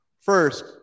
First